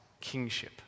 kingship